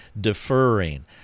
deferring